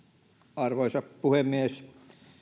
arvoisa puhemies